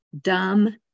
dumb